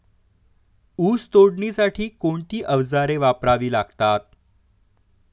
ऊस तोडणीसाठी कोणती अवजारे वापरावी लागतात?